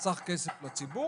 שחסך כסף לציבור,